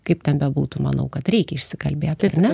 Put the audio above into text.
kaip ten bebūtų manau kad reikia išsikalbėt ar ne